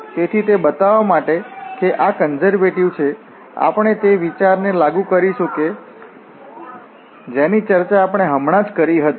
તેથી તે બતાવવા માટે કે આ કન્ઝર્વેટિવ છે આપણે તે વિચારને લાગુ કરીશું જેની ચર્ચા આપણે હમણાં જ કરી હતી